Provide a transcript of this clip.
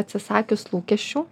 atsisakius lūkesčių